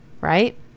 Right